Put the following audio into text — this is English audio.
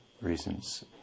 reasons